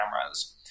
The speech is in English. cameras